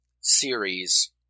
series